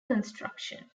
construction